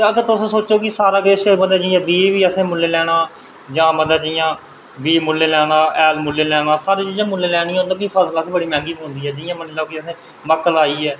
ते अगर तुस सोचो की बीऽ भी असें मुल्लें लैना हैल मुल्लें लैना ते हर चीज़ मुल्लें लैनी होऐ तां फसलां मैहंगियां पौंदी ऐ जियां कि असें मक्क लाई ऐ